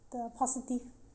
the positive